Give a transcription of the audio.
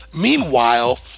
Meanwhile